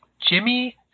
Jimmy